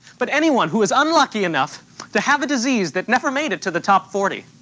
but anyone who's unlucky enough to have a disease that never made it to the top forty